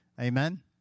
Amen